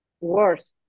worse